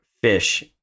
fish